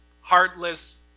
heartless